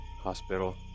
hospital